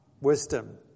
wisdom